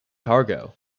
cargo